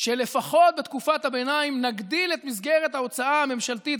שלפחות בתקופת הביניים נגדיל את מסגרת ההוצאה הממשלתית,